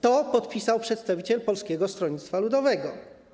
To podpisał przedstawiciel Polskiego Stronnictwa Ludowego.